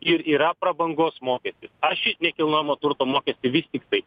ir yra prabangos mokestis aš į nekilnojamojo turto mokestį vis tik tai